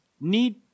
need